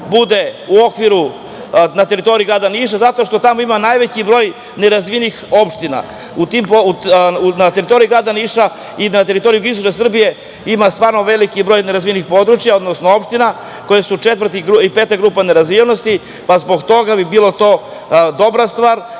bude u okviru teritorije grada Niša zato što tamo ima najveći broj nerazvijenih opština. Na teritoriji grada Niša i na teritoriji jugoistočne Srbije ima stvarno veliki broj nerazvijenih područja, odnosno opština koje su četvrta i peta grupa nerazvijenosti, pa zbog toga bi bilo to dobra stvar